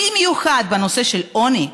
במיוחד בנושא של העוני,